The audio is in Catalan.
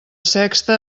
sexta